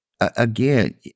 Again